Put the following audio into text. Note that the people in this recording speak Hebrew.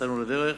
יצאנו לדרך,